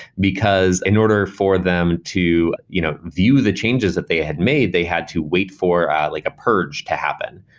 because in order for them to you know view view the changes that they had made, they had to wait for like a purge to happen.